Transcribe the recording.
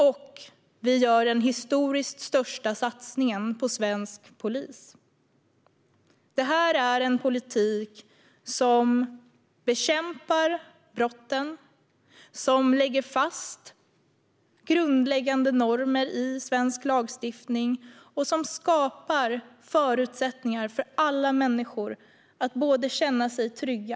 Och vi gör den historiskt största satsningen på svensk polis. Detta är en politik som bekämpar brotten, som lägger fast grundläggande normer i svensk lagstiftning och som skapar förutsättningar för alla människor att känna sig trygga.